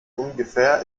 ungefähr